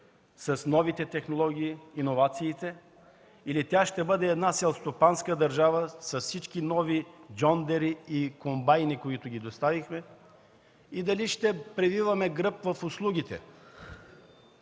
с новите технологии, иновациите, или ще бъде селскостопанска държава с всички нови чондери и комбайни, които доставихме, дали ще превиваме гръб в услугите.